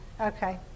Okay